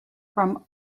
from